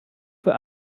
für